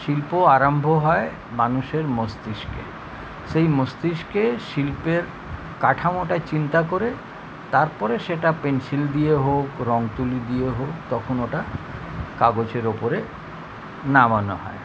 শিল্প আরম্ভ হয় মানুষের মস্তিষ্কে সেই মস্তিষ্কে শিল্পের কাঠামোটা চিন্তা করে তারপরে সেটা পেনসিল দিয়ে হোক রঙ তুলি দিয়ে হোক তখন ওটা কাগজের ওপরে নামানো হয়